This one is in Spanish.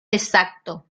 exacto